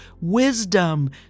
wisdom